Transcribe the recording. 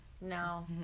no